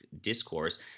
discourse